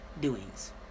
doings